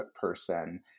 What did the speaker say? person